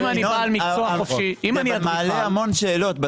ינון, זה מעלה המון שאלות.